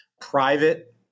private